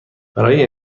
برای